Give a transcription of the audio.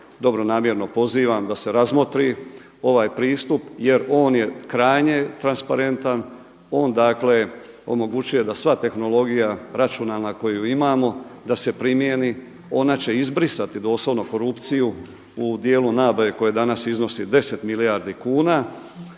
dobronamjerno pozivam da se razmotri ovaj pristup jer on je krajnje transparentan, on dakle omogućuje da sva tehnologija računalna koju imamo da se primjeni. Ona će izbrisati doslovno korupciju u djelu nabave koja danas iznosi 10 milijardi kuna